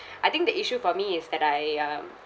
I think the issue for me is that I um